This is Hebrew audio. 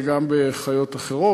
גם בחיות אחרות,